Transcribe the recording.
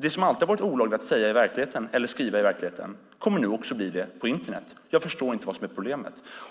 Det som alltid har varit olagligt att säga eller skriva i verkligheten kommer nu att bli det också på Internet. Jag förstår inte vad som är problemet.